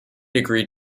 agreed